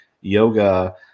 yoga